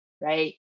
right